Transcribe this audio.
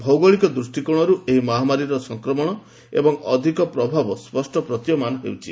ଭୌଗୋଳିକ ଦୃଷ୍ଟିକୋଣରୁ ଏହି ମହାମାରୀର ସଂକ୍ରମଣ ଏବଂ ଅଧିକ ପ୍ରଭାବ ସ୍କଷ୍ଟ ପ୍ରତୀୟମାନ ହେଉଛି